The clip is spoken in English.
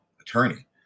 attorney